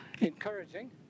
Encouraging